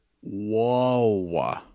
Whoa